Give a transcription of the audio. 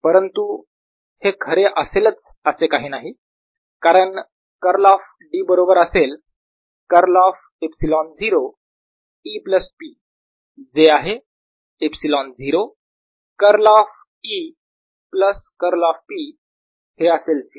परंतु हे खरे असेलच असे काही नाही कारण कर्ल ऑफ D बरोबर असेल curl of ε0 E plus P जे आहे ε0 curl of E plus curl of P हे असेल 0